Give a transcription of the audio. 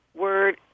word